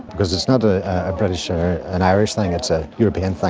because it's not ah a british or an irish thing, it's a european thing.